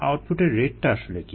আউটপুটের রেটটা আসলে কী